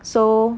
so